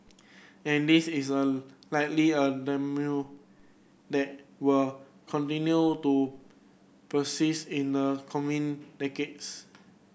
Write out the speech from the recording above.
and this is likely a that will continue to persist in the coming decades